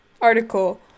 article